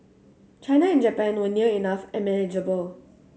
China and Japan were near enough and manageable